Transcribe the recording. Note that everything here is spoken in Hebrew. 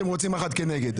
אתם רוצים אחת כנגד.